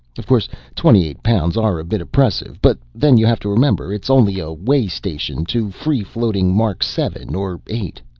of course twenty eight pounds are a bit oppressive, but then you have to remember it's only a way-station to free-floating mark seven or eight.